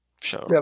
show